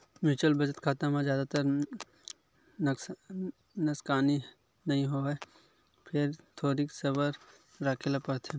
mutual बचत खाता म जादातर नसकानी नइ होवय फेर थोरिक सबर राखे ल परथे